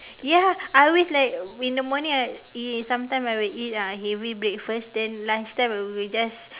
ya I always like in the morning I eat sometime I will eat lah heavy breakfast then lunch time I will just